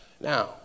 Now